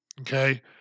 Okay